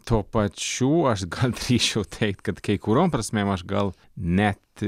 to pačiu aš gal drįsčiau teigt kad kai kuriom prasmėm aš gal net